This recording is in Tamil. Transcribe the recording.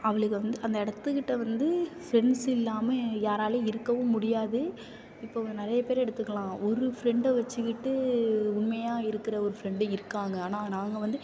அவளுங்க வந்து அந்த இடத்துக்கிட்ட வந்து ஃப்ரெண்ட்ஸ் இல்லாமல் யாராலையும் இருக்கவும் முடியாது இப்போ நிறைய பேர் எடுத்துக்கலாம் ஒரு ஃப்ரெண்டை வச்சிக்கிட்டு உண்மையாக இருக்கிற ஒரு ஃப்ரெண்ட் இருக்காங்க ஆனால் நாங்கள் வந்து